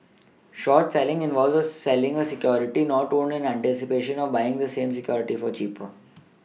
short selling involves selling a security not owned in anticipation of buying the same security for cheaper